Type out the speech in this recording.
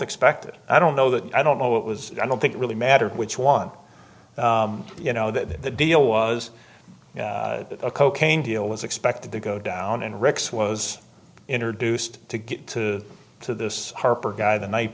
expected i don't know that i don't know it was i don't think it really matter which one you know that the deal was that a cocaine deal was expected to go down and rex was introduced to get to to this harper guy the night